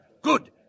Good